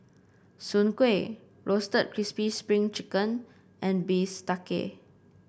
Soon Kuih Roasted Crispy Spring Chicken and bistake